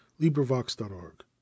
LibriVox.org